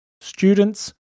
Students